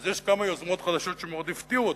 אז יש כמה יוזמות חדשות שמאוד הפתיעו אותי.